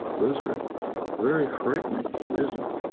those are very frightening to business.